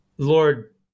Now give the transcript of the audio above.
Lord